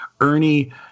ernie